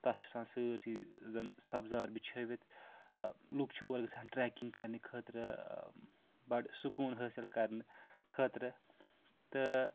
تَتھ چھُ آسان سٲرسٕے زَن سبزار بِچھٲوِتھ لُکھ چھِ اور گَژھان ٹرٛیکِنٛگ کَرنہٕہِ خٲطرٕ بَڑٕ سکوٗن حٲصِل کَرنہٕ خٲطرٕ تہٕ